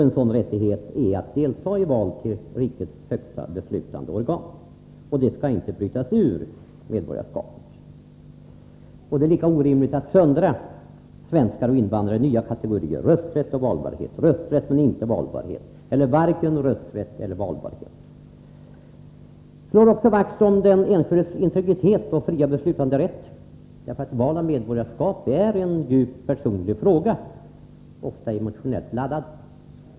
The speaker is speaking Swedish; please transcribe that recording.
En sådan rättighet är deltagande i val till rikets högsta beslutande organ, och den skall inte brytas ut ur medborgarskapet. Det är lika orimligt att söndra svenskar och invandrare genom att skapa nya kategorier: med rösträtt och valbarhet, med rösträtt men inte valbarhet, utan vare sig rösträtt eller valbarhet. Jag slår för det andra också vakt om den enskildes integritet och fria beslutanderätt. Jag menar att val av medborgarskap är en djupt personlig fråga, ofta emotionellt laddad.